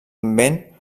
invent